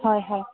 হয় হয়